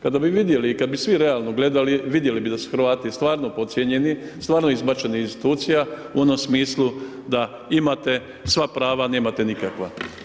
Kada bi vidjeli i kad bi svi realno gledali, vidjeli bi da su Hrvati stvarno podcijenjeni, stvarno izbačeni iz institucija u onom smislu da imate sva prava, a nemate nikakva.